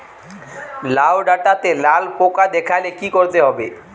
লাউ ডাটাতে লাল পোকা দেখালে কি করতে হবে?